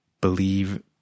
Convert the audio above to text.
believe